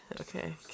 Okay